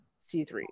C3